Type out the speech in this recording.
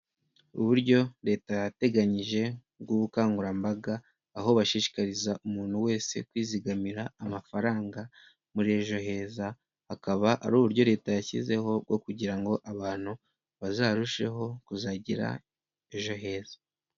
Uburyo leta yateganyije bw'ubukangurambaga, aho bashishikariza umuntu wese kwizigamira amafaranga muri ejo heza. Akaba ari uburyo leta yashyizeho bwo kugira ngo abantu bazarusheho kuzagira ejo heza.